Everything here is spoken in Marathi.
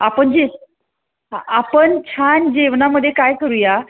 आपण जे हां आपन छान जेवनामध्ये काय करूया